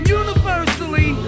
universally